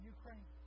Ukraine